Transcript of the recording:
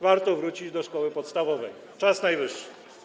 Warto wrócić do szkoły podstawowej, czas najwyższy.